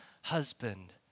husband